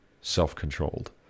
self-controlled